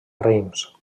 reims